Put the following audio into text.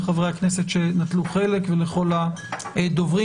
לחברי הכנסת שנטלו חלק ולכל הדוברים.